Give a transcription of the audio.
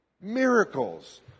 miracles